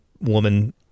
woman